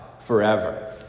forever